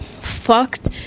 fucked